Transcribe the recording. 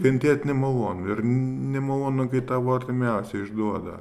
kentėt nemalonu ir nemalonu kai tavo artimiausi išduoda